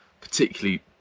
particularly